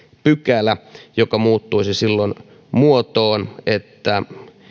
pykälä joka muuttuisi silloin sellaiseen muotoon että